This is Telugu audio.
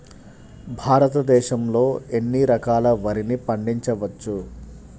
భారతదేశంలో ఎన్ని రకాల వరిని పండించవచ్చు